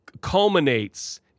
culminates